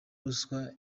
ruswa